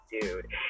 dude